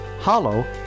Hollow